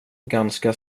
ganska